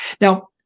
Now